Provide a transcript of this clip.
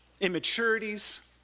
immaturities